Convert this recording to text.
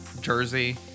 Jersey